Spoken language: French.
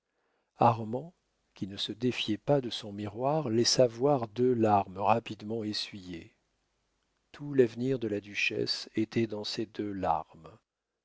armand qui ne se défiait pas de son miroir laissa voir deux larmes rapidement essuyées tout l'avenir de la duchesse était dans ces deux larmes